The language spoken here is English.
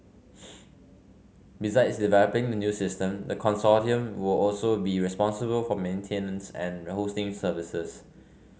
besides developing the new system the consortium will also be responsible for maintenance and hosting services